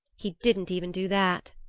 he didn't even do that!